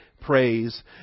praise